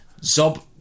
Zob